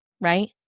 right